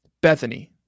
Bethany